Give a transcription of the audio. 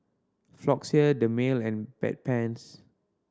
Floxia Dermale and Bedpans